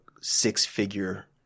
six-figure